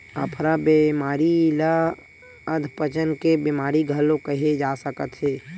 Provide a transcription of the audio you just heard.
अफरा बेमारी ल अधपचन के बेमारी घलो केहे जा सकत हे